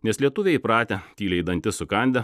nes lietuviai įpratę tyliai dantis sukandę